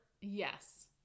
yes